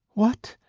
what?